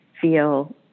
feel